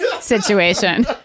situation